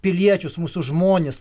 piliečius mūsų žmonis